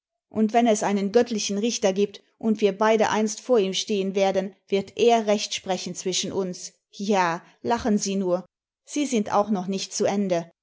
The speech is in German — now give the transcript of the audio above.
und wenn es einen göttlichen richter gibt und wir beide einst vor ihm stehen werden wird er recht sprechen zwischen uns ja lachen sie nuri sie sind auch noch nicht zu ende